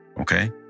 Okay